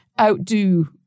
outdo